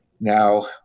Now